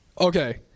Okay